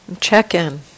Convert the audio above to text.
check-in